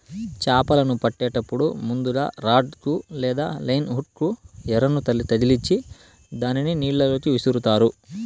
చాపలను పట్టేటప్పుడు ముందుగ రాడ్ కు లేదా లైన్ హుక్ కు ఎరను తగిలిచ్చి దానిని నీళ్ళ లోకి విసురుతారు